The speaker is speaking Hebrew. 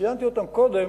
ציינתי אותם קודם,